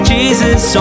Jesus